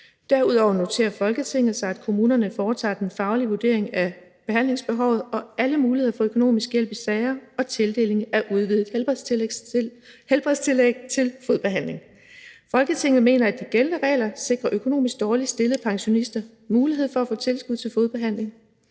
Derudover noterer Folketinget sig, at kommunerne foretager den faglige vurdering af behandlingsbehovet og alle muligheder for økonomisk hjælp i sager om tildeling af udvidet helbredstillæg til fodbehandling. Folketinget mener, at de gældende regler sikrer økonomisk dårligt stillede pensionister mulighed for at få tilskud til fodbehandling.